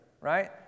right